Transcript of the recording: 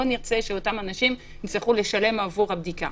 לא נרצה שאותם אנשים יצטרכו לשלם עבור הבדיקה.